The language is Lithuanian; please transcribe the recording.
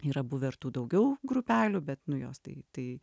yra buvę ir tų daugiau grupelių bet nu jos tai tai